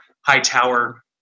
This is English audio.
Hightower